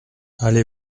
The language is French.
allez